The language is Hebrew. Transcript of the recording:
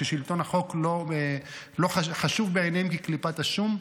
ששלטון החוק חשוב בעיניהם כקליפת השום.